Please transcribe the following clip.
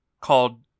called